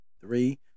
three